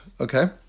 Okay